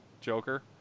Joker